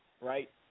right